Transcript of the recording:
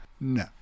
No